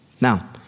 Now